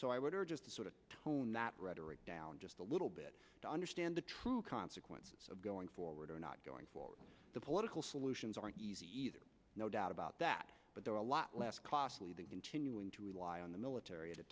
so i would are just sort of tone that rhetoric down just a little bit to understand the true consequences of going forward are not going for the political solutions aren't easy either no doubt about that but there are a lot less costly than continuing to rely on the military at a